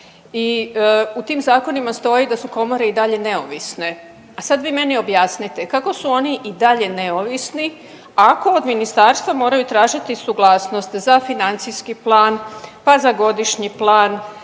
i u tim zakonima stoji da su komore i dalje neovisne. A sad vi meni objasnite kako su oni i dalje neovisni ako od ministarstva moraju tražiti suglasnost za financijski plan, pa za godišnji plan